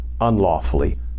unlawfully